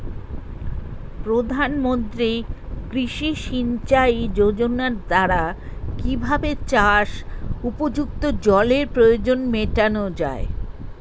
প্রধানমন্ত্রী কৃষি সিঞ্চাই যোজনার দ্বারা কিভাবে চাষ উপযুক্ত জলের প্রয়োজন মেটানো য়ায়?